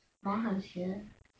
monster